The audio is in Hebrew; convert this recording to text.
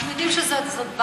אנחנו יודעים שזו בעיה,